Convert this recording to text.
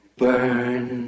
burn